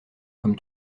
comme